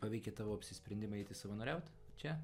paveikė tavo apsisprendimą eiti savanoriaut čia